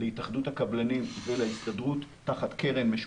להתאחדות הקבלנים ולהסתדרות תחת קרן משותפת.